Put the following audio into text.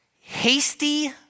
hasty